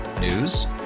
News